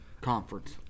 Conference